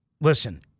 listen